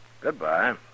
Goodbye